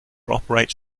operates